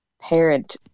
parent